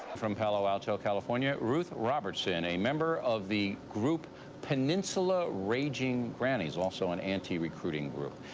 from palo alto, california, ruth robertson, a member of the group peninsula raging grannies, also an anti-recruiting group.